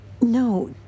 No